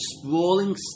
sprawling